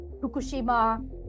Fukushima